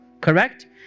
Correct